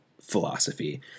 philosophy